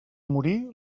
morir